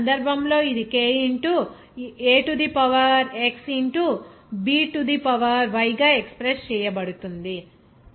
ఇక్కడ ఈ సందర్భంలో ఇది k into A to the power x into B to the power y గా ఎక్స్ప్రెస్ చేయబడుతుంది